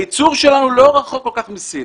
הייצור שלנו לא רחוק כל כך מהייצור בסין.